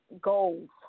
goals